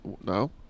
no